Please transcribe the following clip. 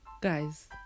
Guys